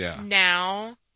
now